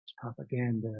propaganda